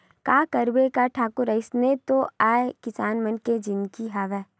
का करबे गा ठाकुर अइसने तो आय किसान मन के जिनगी हवय